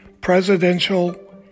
Presidential